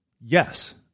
Yes